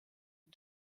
den